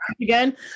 Again